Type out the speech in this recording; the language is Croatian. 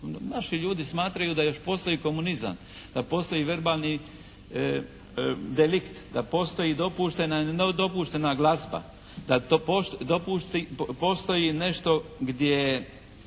Naši ljudi smatraju da još postoji komunizam, da postoji verbalni delikt, da postoji dopuštena glazba, da postoji nešto gdje